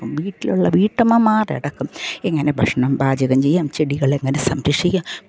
വീട്ടിലുള്ള വീട്ടമ്മമാരടക്കം എങ്ങനെ ഭക്ഷണം പാചകം ചെയ്യാം ചെടികളെങ്ങനെ സംരക്ഷിക്കാം